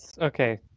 Okay